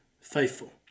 faithful